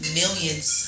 millions